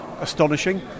astonishing